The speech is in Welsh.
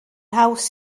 haws